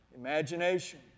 imagination